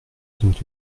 dont